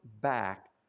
back